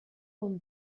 one